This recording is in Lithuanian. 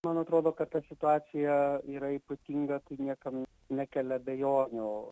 man atrodo kad ta situacija yra ypatinga kai niekam nekelia abejonių